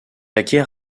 acquiert